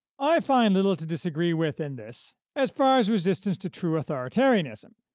i find little to disagree with in this as far as resistance to true authoritarianism,